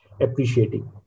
appreciating